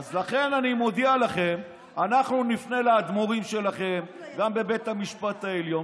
אז לכן אני מודיע לכם: אנחנו נפנה לאדמו"רים שלכם גם בבית המשפט העליון